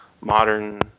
modern